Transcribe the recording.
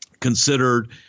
considered